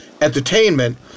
entertainment